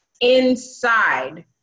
inside